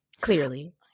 Clearly